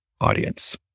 audience